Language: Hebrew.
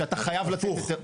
שאתה חייב לתת את --- הפוך.